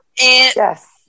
Yes